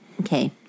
okay